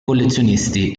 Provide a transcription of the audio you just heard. collezionisti